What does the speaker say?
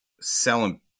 Selling